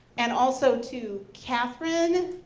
and also to kathryn,